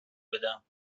بدم